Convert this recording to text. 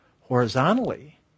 horizontally